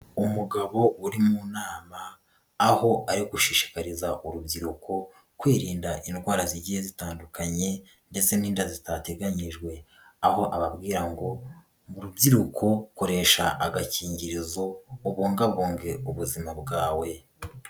Umugabo uri mu nama, aho ayo gushishikariza urubyiruko kwirinda indwara zigiye zitandukanye ndetse n'inda zitateganyijwe. Aho ababwira ngo rubyiruko koresha agakingirizo ubungabunge ubuzima bwawe.